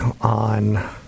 on